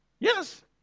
yes